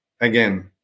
again